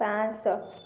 ପାଞ୍ଚଶହ